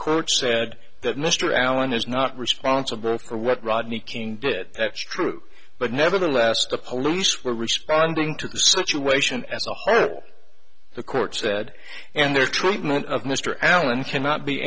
courts said that mr allen is not responsible for what rodney king did that's true but nevertheless the police were responding to the situation as the court said and their treatment of mr allen cannot be